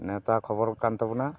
ᱱᱮᱶᱛᱟ ᱠᱷᱚᱵᱚᱨ ᱠᱟᱱ ᱛᱟᱵᱚᱱᱟ